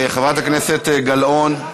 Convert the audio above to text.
חברת הכנסת גלאון,